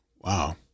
Wow